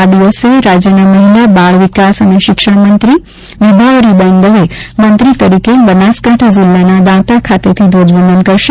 આ દિવસે રાજ્યના મહિલા બાળ વિકાસ અને શિક્ષણમંત્રી વિભાવરીબેન દવે મંત્રી તરીકે બનાસકાંઠા જિલ્લાના દાંતા ખાતેથી ધ્વજવંદન કરશે